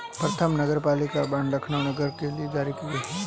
प्रथम नगरपालिका बॉन्ड लखनऊ नगर निगम ने जारी किया था